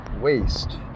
waste